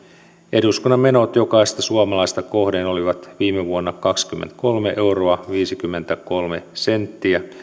eduskunnan menot jokaista suomalaista kohden olivat viime vuonna kaksikymmentäkolme euroa viisikymmentäkolme senttiä